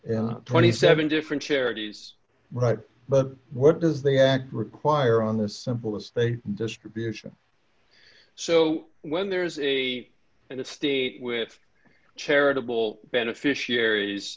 honor twenty seven different charities right but what does the act require on this simple as they distribution so when there's a kind of state with charitable beneficiaries